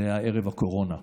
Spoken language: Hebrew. זה היה ערב הקורונה.